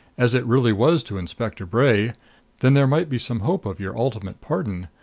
as it really was to inspector bray then there might be some hope of your ultimate pardon.